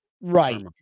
Right